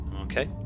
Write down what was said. okay